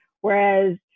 Whereas